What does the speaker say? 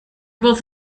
both